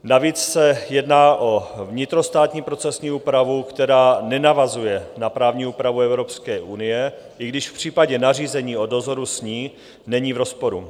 Navíc se jedná o vnitrostátní procesní úpravu, která nenavazuje na právní úpravu Evropské unie, i když v případě nařízení o dozoru s ní není v rozporu.